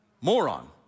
moron